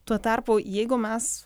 tuo tarpu jeigu mes